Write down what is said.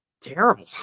terrible